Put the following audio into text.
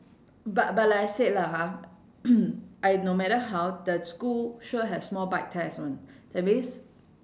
but but like I said lah ha I no matter how the school sure have small bite test [one] that's means